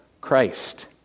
Christ